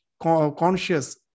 conscious